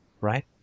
right